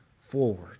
forward